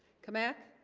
come back